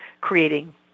creating